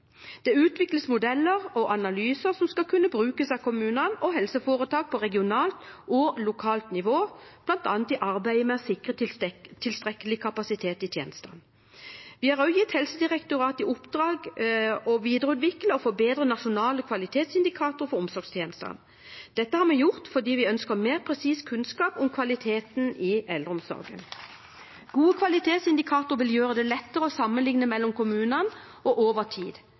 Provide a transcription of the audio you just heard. Det utvikles modeller og analyser som skal kunne brukes av kommunene og helseforetak på regionalt og lokalt nivå, bl.a. i arbeidet med å sikre tilstrekkelig kapasitet i tjenestene. Vi har også gitt Helsedirektoratet i oppdrag å videreutvikle og forbedre nasjonale kvalitetsindikatorer for omsorgstjenestene. Dette har vi gjort fordi vi ønsker mer presis kunnskap om kvaliteten i eldreomsorgen. Gode kvalitetsindikatorer vil gjøre det lettere å sammenligne mellom kommunene og over tid.